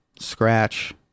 scratch